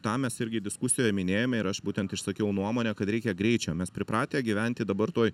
tą mes irgi diskusijoje minėjome ir aš būtent išsakiau nuomonę kad reikia greičio mes pripratę gyventi dabar toj